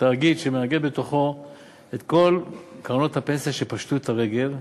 תאגיד שמאגד בתוכו את כל קרנות הפנסיה שפשטו את הרגל,